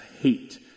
hate